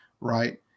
right